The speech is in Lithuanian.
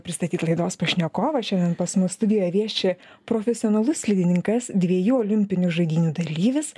pristatyt laidos pašnekovą šiandien pas mus studijoj vieši profesionalus slidininkas dviejų olimpinių žaidynių dalyvis